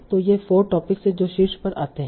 तो ये 4 टोपिक हैं जो शीर्ष पर आते हैं